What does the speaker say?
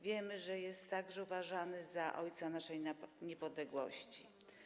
Wiemy, że jest także uważany za ojca naszej niepodległości.